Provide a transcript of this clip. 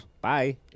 Bye